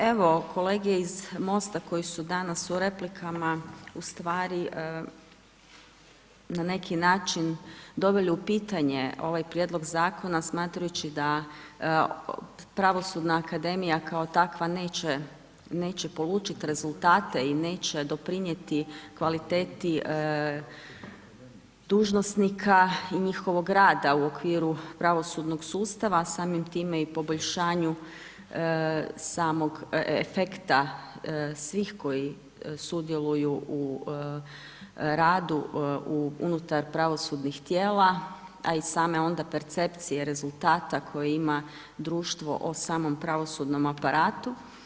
Evo, kolege iz Mosta koje su danas u replikama, ustvari, na neki način, doveli u pitanje, ovaj prijedlog zakona, smatrajući da pravosudna akademija, kao takva neće polučiti rezultate i neće doprinijeti kvaliteti dužnosnika i njihovog rada u okviru pravosudnog sustava, samim time i poboljšanju, samog efekta svih koji sudjeluju u radu u unutar pravosudnog tijela, a i same onda percepcije rezultata koje ima društva o samom pravosudnom aparatu.